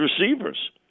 receivers